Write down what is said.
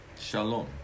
Shalom